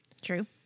True